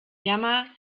jammer